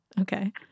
Okay